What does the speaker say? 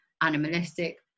animalistic